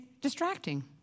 distracting